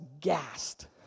gassed